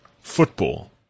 football